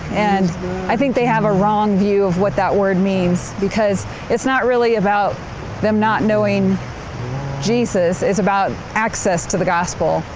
and i think they have a wrong view of what that word means, because it's not really about them not knowing jesus it's about access to the gospel.